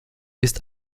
ist